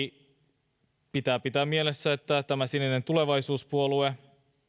lausuntoja toki pitää pitää mielessä että tämä sininen tulevaisuus puolue